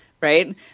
right